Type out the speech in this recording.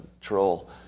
troll